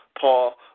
Paul